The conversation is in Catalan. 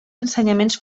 ensenyaments